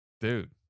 Dude